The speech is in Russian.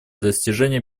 достижения